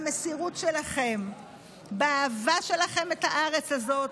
במסירות שלכם, באהבה שלכם את הארץ הזאת,